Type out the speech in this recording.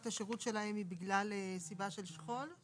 השירות שלהם היא בגלל סיבה של שכול?